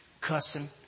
cussing